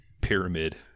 pyramid